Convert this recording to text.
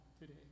today